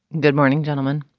good morning, gentlemen.